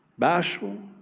bashful.